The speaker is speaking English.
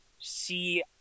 see